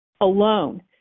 alone